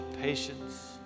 patience